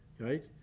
right